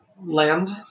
land